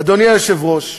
אדוני היושב-ראש,